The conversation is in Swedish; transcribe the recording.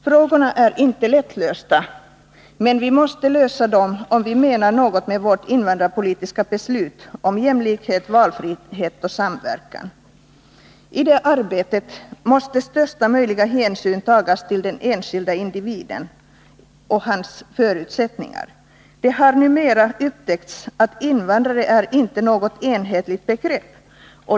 Frågorna är inte lättlösta, men vi måste lösa dem, om vi menar något med vårt invandrarpolitiska beslut om jämlikhet, valfrihet och samverkan. I det arbetet måste största möjliga hänsyn tas till den enskilda individens förutsättningar. Det har numera upptäckts att invandrare inte är något enhetligt begrepp.